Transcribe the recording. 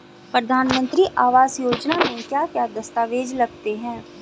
प्रधानमंत्री आवास योजना में क्या क्या दस्तावेज लगते हैं?